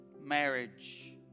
marriage